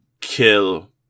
kill